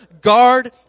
guard